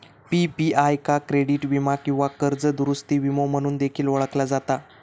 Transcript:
PPI का credit वीमा किंवा कर्ज दुरूस्ती विमो म्हणून देखील ओळखला जाता